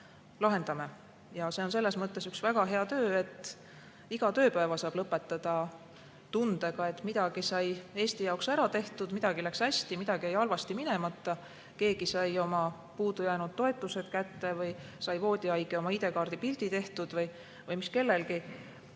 See on selles mõttes üks väga hea töö, et iga tööpäeva saab lõpetada tundega, et midagi sai Eesti jaoks ära tehtud, midagi läks hästi, midagi jäi halvasti minemata, keegi sai oma puudujäänud toetused kätte või sai voodihaige oma ID-kaardi pildi tehtud või mis kellelgi.